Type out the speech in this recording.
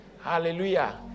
Hallelujah